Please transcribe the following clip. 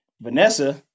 Vanessa